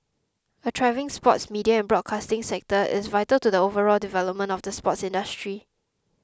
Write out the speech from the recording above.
a thriving sports media and broadcasting sector is vital to the overall development of the sports industry